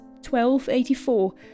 1284